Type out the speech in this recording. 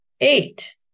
Eight